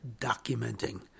documenting